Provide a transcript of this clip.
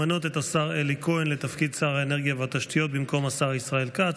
למנות את השר אלי כהן לתפקיד שר האנרגיה והתשתיות במקום השר ישראל כץ,